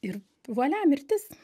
ir vuolia mirtis